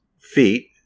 feet